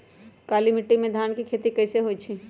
काली माटी में धान के खेती कईसे होइ छइ?